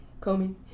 Comey